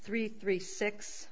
three three six